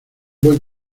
buen